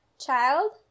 child